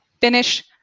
finish